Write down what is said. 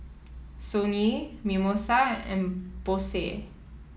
Sony Mimosa and Bose